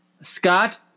Scott